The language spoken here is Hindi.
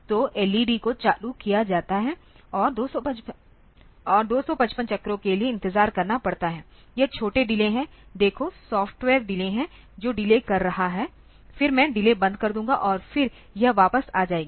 तो एलईडी को चालू किया जाता है और 255 चक्रों के लिए इंतजार करना पड़ता है यह छोटे डिले है देखो सॉफ्टवेयर डिले है जो डिले कर रहा है फिर मैं डिले बंद कर दूंगा और फिर यह वापस आ जाएगी